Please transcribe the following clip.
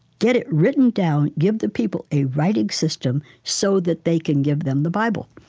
get it written down, give the people a writing system so that they can give them the bible